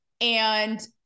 And-